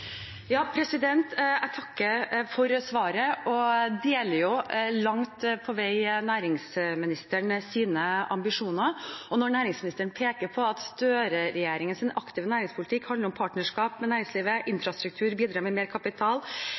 Jeg takker for svaret. Jeg deler langt på vei næringsministerens ambisjoner, og når næringsministeren peker på at Støre-regjeringens aktive næringspolitikk handler om partnerskap med næringslivet, infrastruktur, å bidra med mer kapital